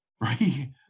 Right